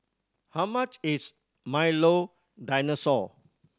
how much is Milo Dinosaur